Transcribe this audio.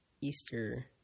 Easter